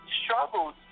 struggles